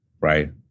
right